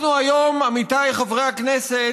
אנחנו היום, עמיתיי חברי הכנסת,